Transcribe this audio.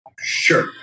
Sure